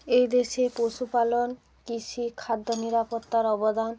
এই দেশে পশুপালন কৃষিখাদ্য নিরাপত্তার অবদান